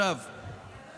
אתה לא הקשבת.